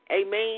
Amen